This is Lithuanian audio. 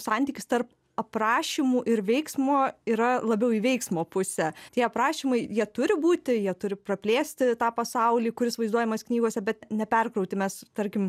santykis tarp aprašymų ir veiksmo yra labiau į veiksmo pusę tie aprašymai jie turi būti jie turi praplėsti tą pasaulį kuris vaizduojamas knygose bet neperkrauti mes tarkim